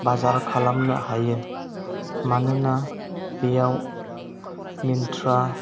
बाजार खालामनो हायो मानोना बेयाव मिन्ट्रा